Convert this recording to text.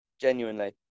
genuinely